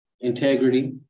integrity